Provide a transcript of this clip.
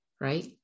right